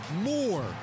More